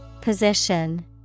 Position